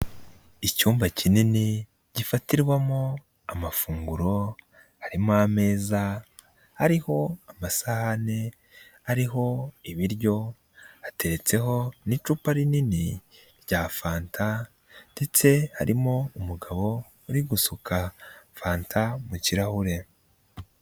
Icyumba kinini gifatirwamo amafunguro, harimo ameza ariho amasahani ariho ibiryo, hatetseho n'icupa rinini rya fanta ndetse harimo umugabo uri gusuka fanta mu kirahure.